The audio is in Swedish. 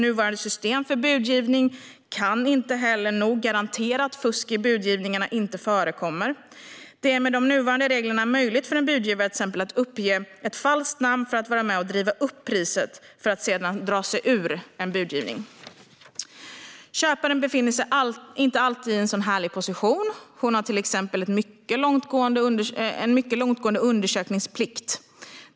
Nuvarande system för budgivning kan inte heller nog garantera att fusk i budgivningarna inte förekommer. Till exempel är det med de nuvarande reglerna möjligt för en budgivare att uppge ett falskt namn för att vara med och driva upp priset för att sedan dra sig ur en budgivning. Köparen befinner sig inte alltid i en så härlig position. Hon har till exempel en mycket långtgående undersökningsplikt.